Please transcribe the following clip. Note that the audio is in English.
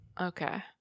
Okay